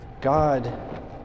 God